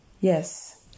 Yes